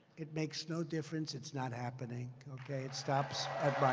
it makes no difference. it's not happening. okay? it stops at my